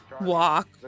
walk